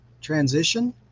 transition